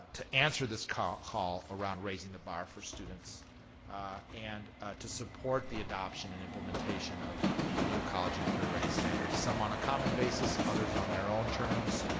answer this call call around raising the bar for students and to support the adoption and implementation of new college and career ready standards. some on a common basis, others on their own terms.